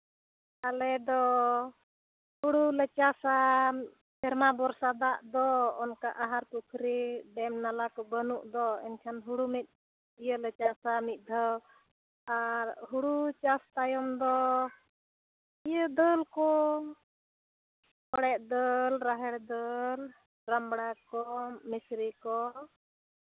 ᱟᱞᱮ ᱫᱚ ᱦᱳᱲᱳ ᱞᱮ ᱪᱟᱥᱟ ᱥᱮᱨᱢᱟ ᱵᱷᱚᱨᱥᱟ ᱫᱟᱜ ᱫᱚ ᱚᱱᱠᱟ ᱟᱦᱟᱨ ᱯᱩᱠᱷᱨᱤ ᱰᱮᱢ ᱱᱟᱞᱟ ᱠᱚ ᱵᱟᱹᱱᱩᱜ ᱫᱚ ᱮᱱᱠᱷᱟᱱ ᱦᱳᱲᱳ ᱢᱤᱫ ᱤᱭᱟᱹᱞᱮ ᱪᱟᱥᱼᱟ ᱢᱤᱫ ᱫᱷᱟᱣ ᱟᱨ ᱦᱳᱲᱳ ᱪᱟᱥ ᱛᱟᱭᱚᱢ ᱫᱚ ᱤᱭᱟᱹ ᱫᱟᱹᱞ ᱠᱚ ᱦᱚᱲᱮᱡ ᱫᱟᱹᱞ ᱨᱟᱦᱮᱲ ᱫᱟᱹᱲ ᱨᱟᱢᱲᱟ ᱠᱚ ᱢᱤᱥᱨᱤ ᱠᱚ